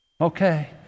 Okay